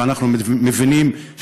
ואנחנו מבינים,